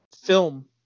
film